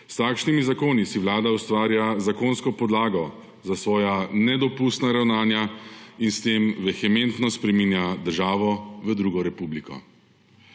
S takšnimi zakoni si vlada ustvarja zakonsko podlago za svoja nedopustna ravnanja in s tem vehementno spreminja državo v drugo republiko.